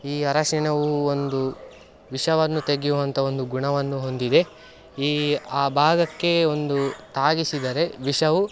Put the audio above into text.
ಈ ಅರಿಶಿಣವು ಒಂದು ವಿಷವನ್ನು ತೆಗೆಯುವಂಥ ಒಂದು ಗುಣವನ್ನು ಹೊಂದಿದೆ ಈ ಆ ಭಾಗಕ್ಕೆ ಒಂದು ತಾಗಿಸಿದರೆ ವಿಷವು